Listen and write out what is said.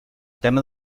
tema